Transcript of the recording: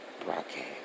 broadcast